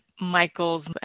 Michael's